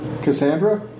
Cassandra